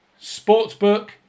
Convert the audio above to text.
sportsbook